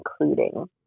including